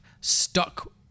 stuck